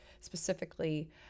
specifically